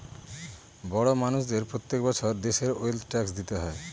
বড় মানষদের প্রত্যেক বছর দেশের ওয়েলথ ট্যাক্স দিতে হয়